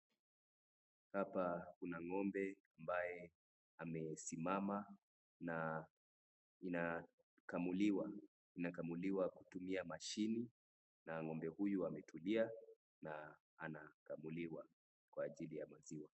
Hapa kuna ng'ombe ambaye amesimama na inakamuliwa. Inakamuliwa kutumia mashini na ng'ombe huyu ametulia na anakamuliwa kwa ajili ya maziwa.